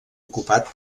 ocupat